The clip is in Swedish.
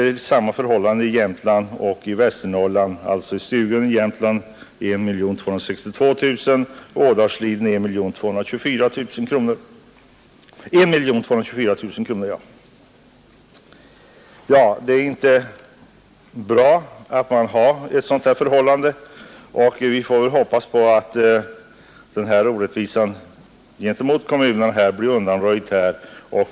I Stugun i Jämtland förlorade kommunen 1 262 000 kronor, och i Ådalsliden i Västernorrland gick man miste om 1 224 000. Ett sådant här förhållande är inte bra, och den orättvisa som nu råder bör undanröjas.